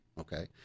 okay